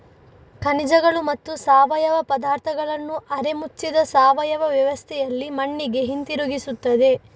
ಖನಿಜಗಳು ಮತ್ತು ಸಾವಯವ ಪದಾರ್ಥಗಳನ್ನು ಅರೆ ಮುಚ್ಚಿದ ಸಾವಯವ ವ್ಯವಸ್ಥೆಯಲ್ಲಿ ಮಣ್ಣಿಗೆ ಹಿಂತಿರುಗಿಸುತ್ತದೆ